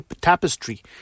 tapestry